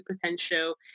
potential